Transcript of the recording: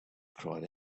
cried